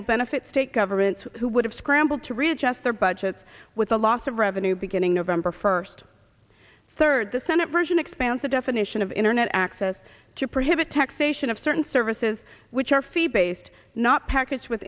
will benefit state governments who would have scramble to readjust their budgets with a loss of revenue beginning november first third the senate version expand the definition of internet access to prohibit taxation of certain services which are fee based not packets with